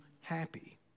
happy